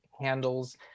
handles